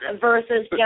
versus